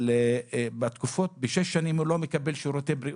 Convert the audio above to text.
אבל בשש שנים הוא לא מקבל שירותי בריאות,